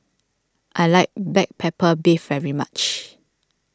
I like Black Pepper Beef very much